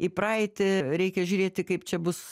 į praeitį reikia žiūrėti kaip čia bus